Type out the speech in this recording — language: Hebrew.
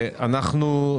אתמול.